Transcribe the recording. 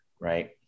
right